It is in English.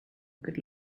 good